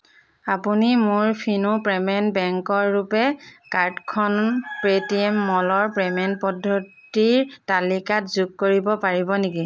আপুনি মোৰ ফিনো পেমেণ্ট বেংকৰ ৰুপে কাৰ্ডখন পে'টিএম মলৰ পে'মেণ্ট পদ্ধতিৰ তালিকাত যোগ কৰিব পাৰিব নেকি